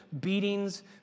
beatings